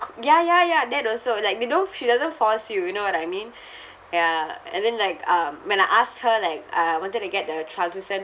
ya ya ya that also like they don't f~ she doesn't force you you know what I mean ya and then like um when I asked her like uh I wanted to get the translucent